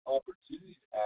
Opportunities